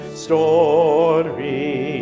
story